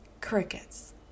Crickets